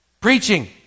Preaching